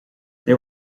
they